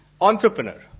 entrepreneur